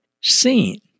seen